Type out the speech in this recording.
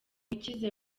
bikize